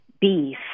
beef